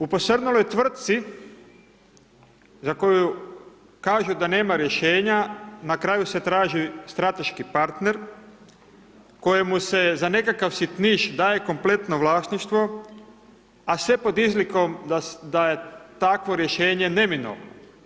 U posrnuloj tvrtci, za koju kažu da nema rješenja, na kraju se traži strateški partner, kojemu se za nekakav sitniš daje kompletno vlasništvo, a sve pod izlikom da se, da je takvo rješenje neminovno.